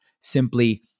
simply